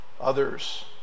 others